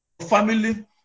family